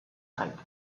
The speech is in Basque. zait